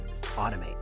automate